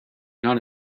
not